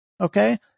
Okay